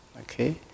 okay